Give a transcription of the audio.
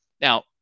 Now